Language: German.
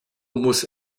muss